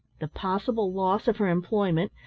the possible loss of her employment,